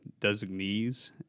designees